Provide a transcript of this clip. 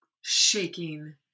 shaking